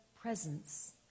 presence